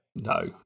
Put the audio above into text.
No